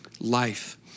Life